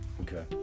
Okay